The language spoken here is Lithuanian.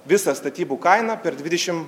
visą statybų kainą per dvidešim